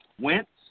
Wentz